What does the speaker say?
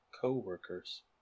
co-workers